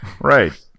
Right